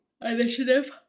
Initiative